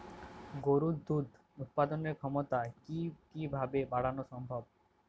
গরুর দুধ উৎপাদনের ক্ষমতা কি কি ভাবে বাড়ানো সম্ভব?